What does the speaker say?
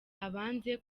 abanze